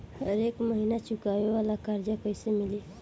हरेक महिना चुकावे वाला कर्जा कैसे मिली?